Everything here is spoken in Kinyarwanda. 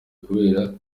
kubera